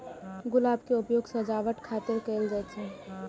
गुलाब के उपयोग सजावट खातिर कैल जाइ छै